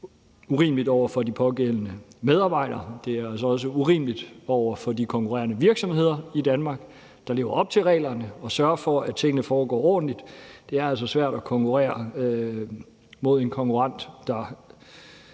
Det er ikke kun urimeligt over for de pågældende medarbejdere, det er altså også urimeligt over for de konkurrerende virksomheder i Danmark, der lever op til reglerne og sørger for, at tingene foregår ordentligt. Det er altså svært at konkurrere mod en konkurrent,